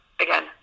again